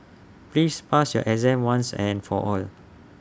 please pass your exam once and for all